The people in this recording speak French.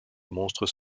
monstres